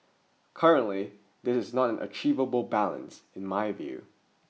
currently this is not an achievable balance in my view